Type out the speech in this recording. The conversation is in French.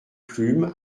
plume